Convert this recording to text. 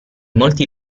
molti